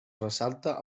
ressalta